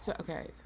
okay